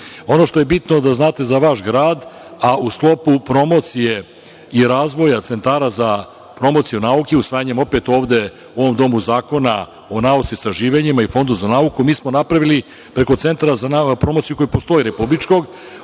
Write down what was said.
što je bitno da znate za vaš grad, a u sklopu promocije i razvoja centara za promociju nauke usvajanjem, opet ovde u ovom domu Zakona o nauci i istraživanjima i Fondu za nauku, mi smo napravili preko centra, promociju koja postoji, Republičkog,